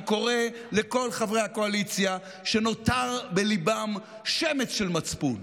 אני קורא לכל חברי הקואליציה שנותר בליבם שמץ של מצפון